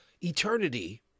eternity